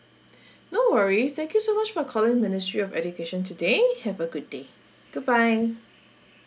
no worries thank you so much for calling ministry of education today have a good day goodbye